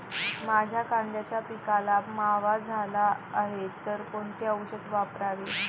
माझ्या कांद्याच्या पिकाला मावा झाला आहे तर कोणते औषध वापरावे?